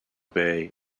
bay